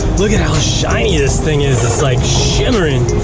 look at how shiny this thing is. it's like shimmering.